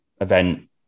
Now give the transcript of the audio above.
event